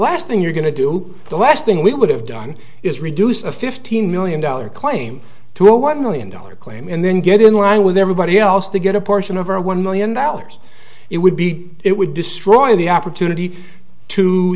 last thing you're going to do the last thing we would have done is reduce a fifteen million dollar claim to a one million dollar claim and then get in line with everybody else to get a portion of our one million dollars it would be it would destroy the opportunity to